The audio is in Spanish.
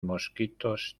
mosquitos